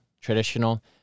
traditional